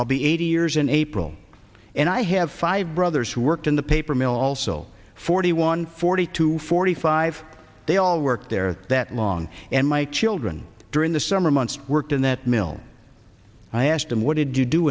i'll be eighty years in april and i have five brothers who worked in the paper mill also forty one forty two forty five they all work there that long and my children during the summer months worked in that mill i asked them what did you do